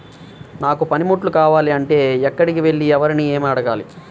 నాకు పనిముట్లు కావాలి అంటే ఎక్కడికి వెళ్లి ఎవరిని ఏమి అడగాలి?